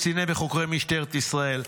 קציני וחוקרי משטרת ישראל -- תודה.